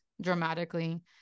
dramatically